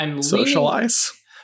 Socialize